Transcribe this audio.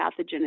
pathogen